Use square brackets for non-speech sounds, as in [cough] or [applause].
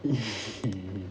[laughs]